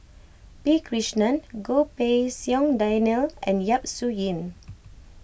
P Krishnan Goh Pei Siong Daniel and Yap Su Yin